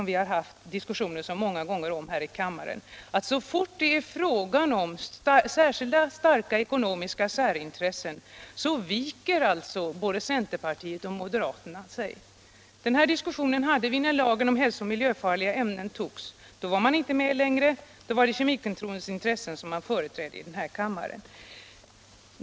Vi har haft diskussioner så många gånger här i kammaren och vet att så fort det är fråga om särskilt starka ekonomiska särintressen viker sig både centerpartiet och moderaterna. Den här diskussionen förde vi också när lagen om hälso och miljöfarliga ämnen antogs. Då var man från centern och moderaterna inte med längre. Då var det kemiindustrins intressen som de två partierna företrädde i den här kammaren.